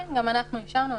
כן, גם אנחנו אישרנו.